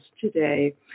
today